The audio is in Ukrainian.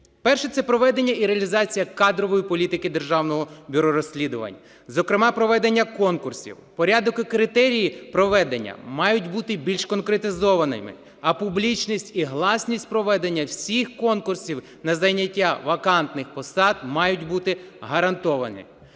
Перше. Це проведення і реалізація кадрової політики Державного бюро розслідувань, зокрема проведення конкурсів. Порядок і критерії проведення мають бути більш конкретизованими, а публічність і гласність проведення всіх конкурсів на зайняття вакантних посад мають бути гарантовані.